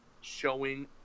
showing